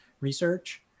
research